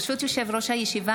ברשות יושב-ראש הישיבה,